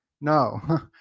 No